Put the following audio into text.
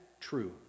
true